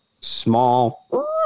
small